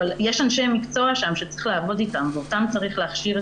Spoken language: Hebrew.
אבל יש אנשי מקצוע שם שצריך לעבוד איתם ואותם צריך להכשיר,